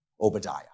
Obadiah